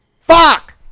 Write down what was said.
Fuck